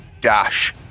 dash